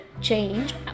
change